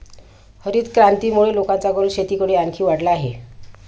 हरितक्रांतीमुळे लोकांचा कल शेतीकडे आणखी वाढला आहे